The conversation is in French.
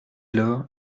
lors